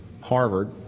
Harvard